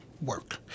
work